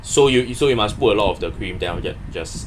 so you so you must put a lot of the cream then after that just